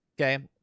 okay